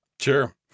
Sure